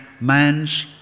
man's